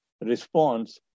response